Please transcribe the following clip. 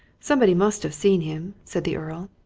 somebody must have seen him, said the earl.